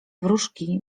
wróżki